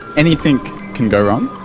anything can go wrong,